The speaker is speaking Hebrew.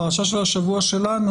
הפרשה של השבוע שלנו,